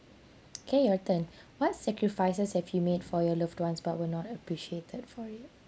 K your turn what sacrifices have you made for your loved ones but were not appreciated for it